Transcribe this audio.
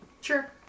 Sure